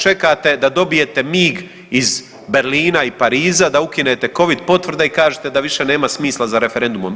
Čekate, da dobijete mig iz Berlina i Pariza da ukinete Covid potvrde i kažete da više nema smisla za referendumom.